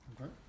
Okay